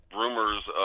rumors